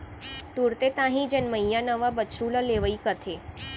तुरते ताही जनमइया नवा बछरू ल लेवई कथें